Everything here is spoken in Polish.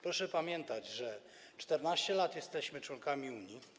Proszę pamiętać, że od 14 lat jesteśmy członkami Unii.